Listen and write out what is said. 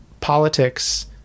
politics